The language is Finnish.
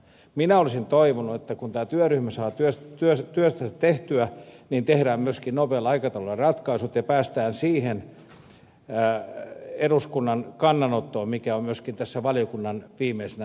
minä olisin toivonut että kun tämä työryhmä saa työnsä tehtyä niin tehdään myöskin nopealla aikataululla ratkaisut ja päästään siihen eduskunnan kannanottoon mikä on myöskin tässä valiokunnan mietinnössä viimeisenä